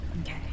Okay